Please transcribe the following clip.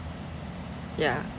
yeah